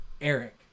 Eric